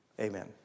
Amen